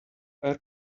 air